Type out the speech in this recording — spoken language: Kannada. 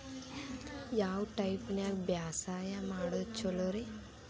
ಯಾವ ಟೈಪ್ ನ್ಯಾಗ ಬ್ಯಾಸಾಯಾ ಮಾಡೊದ್ ಛಲೋರಿ?